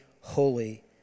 holy